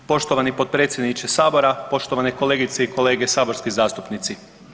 Poštovani potpredsjedniče Sabora, poštovane kolegice i kolege saborski zastupnici.